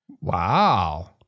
Wow